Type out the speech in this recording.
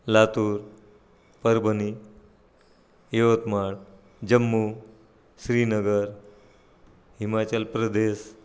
Latur Parbhani Yavatmal Jammu Srinagar Himachal Pradesh